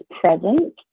present